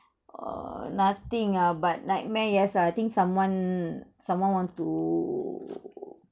oh nothing ah but nightmare yes ah I think someone someone want to